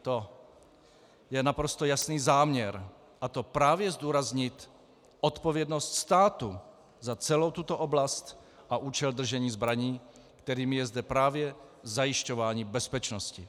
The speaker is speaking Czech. To je naprosto jasný záměr, a to právě zdůraznit odpovědnost státu za celou tuto oblast a účel držení zbraní, kterým je zde právě zajišťování bezpečnosti.